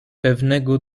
pewnego